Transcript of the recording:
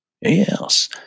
Yes